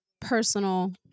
personal